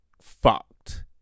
fucked